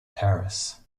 paris